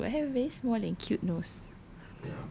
that's not true I have very small and cute nose